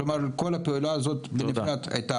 כלומר כל הפעולה הזאת עוד לפני הייתה